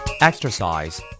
Exercise